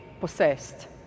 possessed